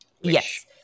Yes